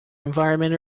environment